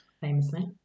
Famously